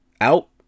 Out